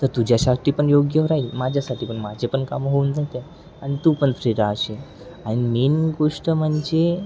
तर तुझ्यासाठी पण योग्य राहील माझ्यासाठी पण माझे पण कामं होऊन जाते आणि तू पण फ्री राहशील आणि मेन गोष्ट म्हणजे